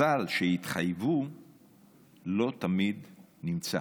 הסל שהתחייבו אליו לא תמיד נמצא.